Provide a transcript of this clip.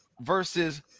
versus